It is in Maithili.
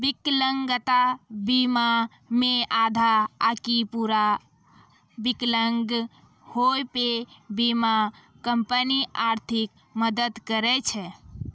विकलांगता बीमा मे आधा आकि पूरा विकलांग होय पे बीमा कंपनी आर्थिक मदद करै छै